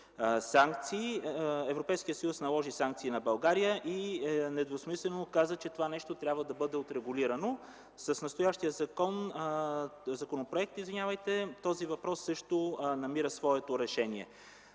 Европейският съюз наложи санкции на България и недвусмислено каза, че това нещо следва да бъде регулирано. С настоящия законопроект този въпрос също намира своето решение.